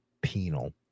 penal